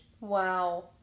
Wow